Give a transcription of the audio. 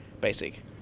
basic